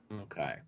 Okay